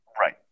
right